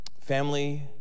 Family